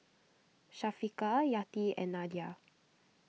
Syafiqah Yati and Nadia